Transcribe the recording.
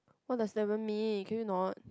what does seven mean can you not